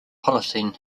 holocene